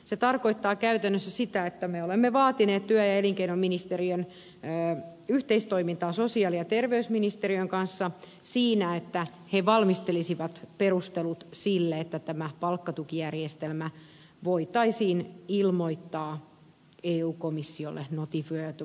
se tarkoittaa käytännössä sitä että me olemme vaatineet työ ja elinkeinoministeriön yhteistoimintaa sosiaali ja terveysministeriön kanssa siinä että he valmistelisivat perustelut sille että tämä palkkatukijärjestelmä voitaisiin ilmoittaa eu komissiolle notifioitavaksi